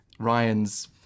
Ryan's